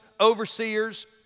overseers